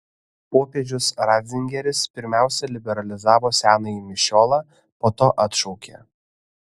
popiežius ratzingeris pirmiausia liberalizavo senąjį mišiolą po to atšaukė